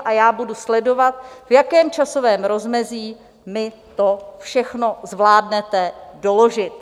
A já budu sledovat, v jakém časovém rozmezí mi to všechno zvládnete doložit.